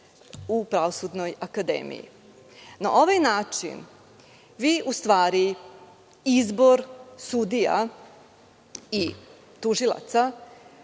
u Pravosudnoj akademiji. Na ovaj način vi u stvari izbor sudija i tužilaca